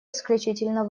исключительно